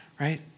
right